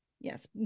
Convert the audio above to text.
Yes